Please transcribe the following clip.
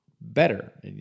better